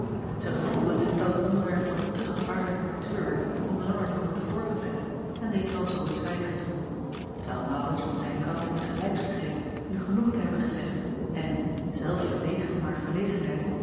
ij gevoelde dat het onderwerp van een te gevaarlijke natuur werd om langer te worden voortgezet en deed er alzoo het zwijgen toe terwijl aurits van zijn kant insgelijks begreep nu genoeg te hebben gezegd en zelf verlegen om haar